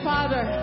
Father